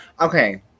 Okay